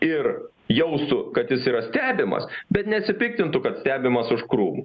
ir jaustų kad jis yra stebimas bet nesipiktintų kad stebimas už krūmų